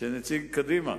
צר לי שנציג קדימה